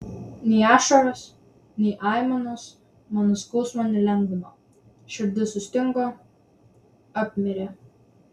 nei ašaros nei aimanos mano skausmo nelengvino širdis sustingo apmirė